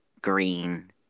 green